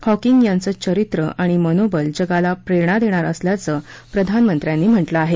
Hawking यांचं चरित्र आणि मनोबल जगाला प्रेरणा देणारं असंल्याचं प्रधानमंत्र्यांनी म्हटलं आहे